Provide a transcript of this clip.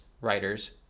writers